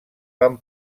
van